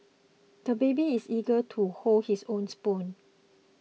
the baby is eager to hold his own spoon